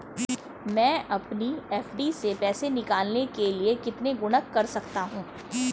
मैं अपनी एफ.डी से पैसे निकालने के लिए कितने गुणक कर सकता हूँ?